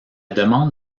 demande